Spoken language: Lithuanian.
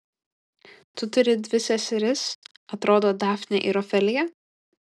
tu turi dvi seseris atrodo dafnę ir ofeliją